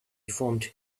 formed